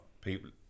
people